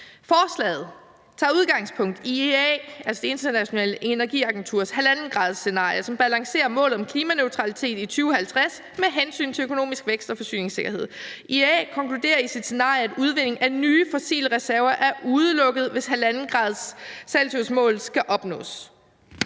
»Forslaget tager udgangspunkt i IEA’s (International Energy Agency) 1,5-graderscelsiusscenarie, som balancerer målet om klimaneutralitet i 2050 med hensynet til økonomisk vækst og forsyningssikkerhed. IEA konkluderer i sit scenarie, at udvinding af nye fossile reserver er udelukket, hvis 1,5-graderscelsiusmålet skal opnås.«